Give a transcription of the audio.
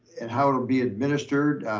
and how it will be administered,